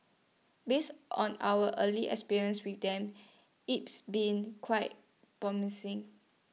based on our early experience with them it's been quite promising